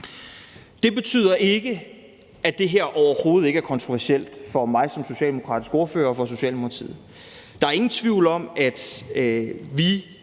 Det betyder ikke, at det her overhovedet ikke er kontroversielt for mig som socialdemokratisk ordfører og for Socialdemokratiet. Der er ingen tvivl om, at vi